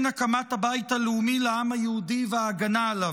הקמת הבית הלאומי לעם היהודי וההגנה עליו,